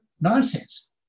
Nonsense